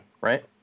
right